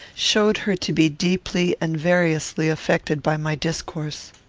showed her to be deeply and variously affected by my discourse.